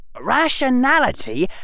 Rationality